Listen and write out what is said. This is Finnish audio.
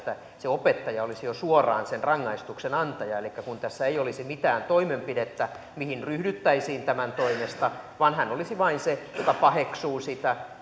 se opettaja olisi jo suoraan sen rangaistuksen antaja elikkä tässä ei olisi mitään toimenpidettä mihin ryhdyttäisiin tämän toimesta vaan hän olisi vain se joka paheksuu